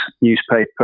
newspaper